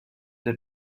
der